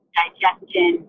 digestion